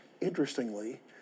interestingly